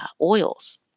oils